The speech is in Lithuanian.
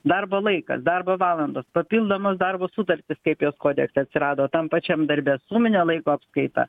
darbo laikas darbo valandos papildomos darbo sutartys kaip jos kodekse atsirado tam pačiam darbe suminė laiko apskaita